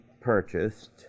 purchased